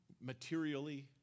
materially